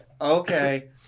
okay